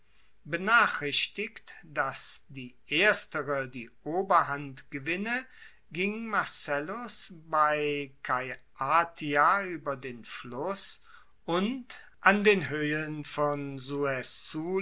benachrichtigt dass die erstere die oberhand gewinne ging marcellus bei caiatia ueber den fluss und an den hoehen von